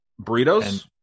Burritos